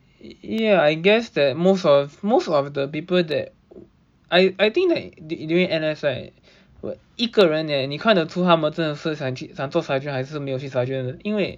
ya I guess that most of most of the people that I I think that during N_S right 一个人 eh 你看得出他们想去想做 sergeant 还是没有去 sergeant 的因为